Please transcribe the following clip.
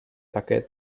také